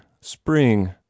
spring